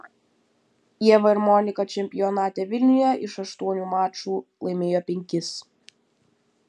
ieva ir monika čempionate vilniuje iš aštuonių mačų laimėjo penkis